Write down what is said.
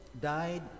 died